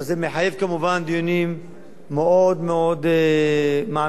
זה מחייב כמובן דיונים מאוד מאוד מעמיקים